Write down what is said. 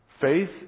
Faith